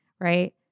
right